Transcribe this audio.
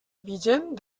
vigent